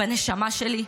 בנשמה שלי,